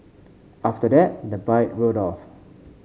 after that the bike rode off